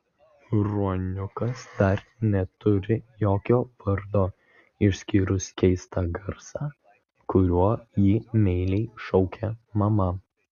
ruoniukas dar neturi jokio vardo išskyrus keistą garsą kuriuo jį meiliai šaukia mama